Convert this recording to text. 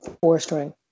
four-string